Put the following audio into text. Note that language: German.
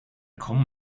kommen